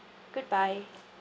goodbye